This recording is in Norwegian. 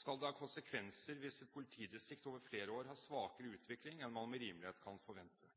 Skal det få konsekvenser hvis et politidistrikt over flere år har svakere utvikling enn man med rimelighet kan forvente?